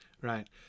right